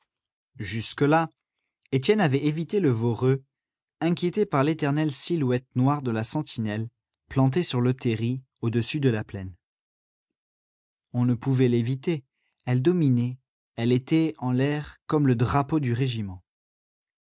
jusque-là étienne avait évité le voreux inquiété par l'éternelle silhouette noire de la sentinelle plantée sur le terri au-dessus de la plaine on ne pouvait l'éviter elle dominait elle était en l'air comme le drapeau du régiment